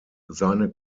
seine